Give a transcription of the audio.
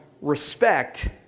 respect